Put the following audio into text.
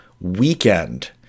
weekend